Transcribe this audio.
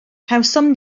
cawsom